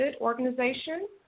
organization